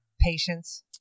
Patience